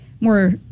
more